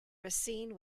racine